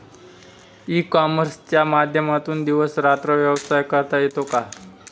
E कॉमर्सच्या माध्यमातून दिवस रात्र व्यवसाय करता येतो का?